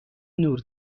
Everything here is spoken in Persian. نور